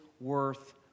worth